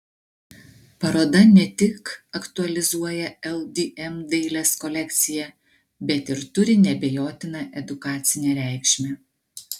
paroda ne tik aktualizuoja ldm dailės kolekciją bet ir turi neabejotiną edukacinę reikšmę